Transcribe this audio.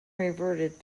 reverted